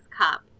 cup